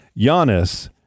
Giannis